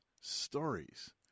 stories